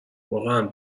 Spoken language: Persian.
واقعا